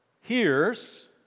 hears